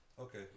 Okay